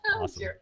Awesome